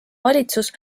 valitsus